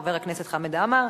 חבר הכנסת חמד עמאר,